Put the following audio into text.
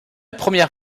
première